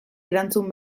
erantzun